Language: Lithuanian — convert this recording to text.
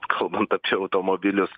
kalbant apie automobilius